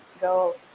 go